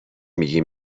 میگی